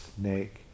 snake